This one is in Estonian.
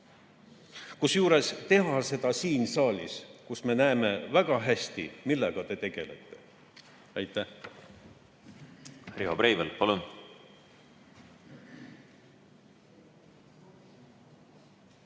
Kusjuures teha seda siin saalis, kus me näeme väga hästi, millega te tegelete. Aitäh! ... ja praktiliselt